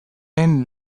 lehen